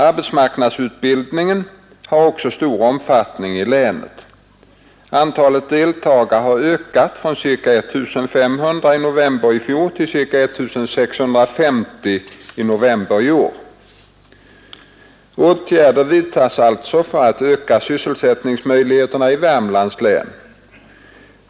Arbetsmarknadsutbildningen har också stor omfattning i länet. Antalet deltagare har ökat från ca 1 500 i november i fjol till ca 1 650 i november i år. Åtgärder vidtas alltså för att öka sysselsättningsmöjligheterna i Värmlands län.